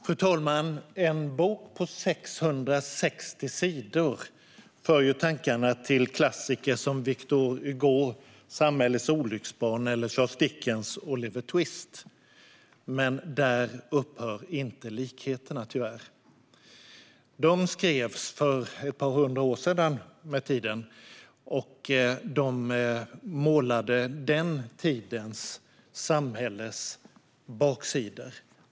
Fru talman! En bok på 660 sidor för tankarna till klassiker som Victor Hugos Samhällets olycksbarn eller Charles Dickens Oliver Twist . Men där upphör tyvärr inte likheterna. Dessa böcker skrevs för ett par hundra år sedan, och de målade samhällets baksidor på den tiden.